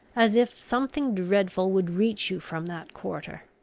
as if something dreadful would reach you from that quarter.